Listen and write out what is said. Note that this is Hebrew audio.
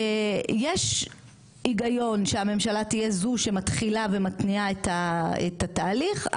יש הגיון שהממשלה תהיה זו שמתחילה ומתניע את התהליך,